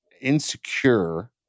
insecure